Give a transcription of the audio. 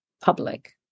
public